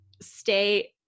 stay